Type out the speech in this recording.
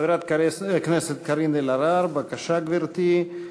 חברת הכנסת קארין אלהרר, בבקשה, גברתי.